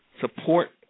Support